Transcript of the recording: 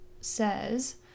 says